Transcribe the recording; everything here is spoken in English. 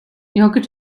yogurt